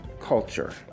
Culture